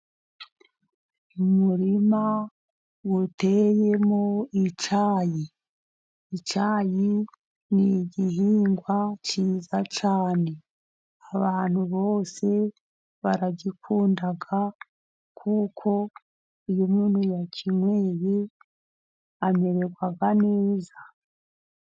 Umurima uteyemo icyayi. Icyayi ni igihingwa cyiza cyane abantu bose baragikunda kuko iyo umuntu yakinyoye amererwa neza.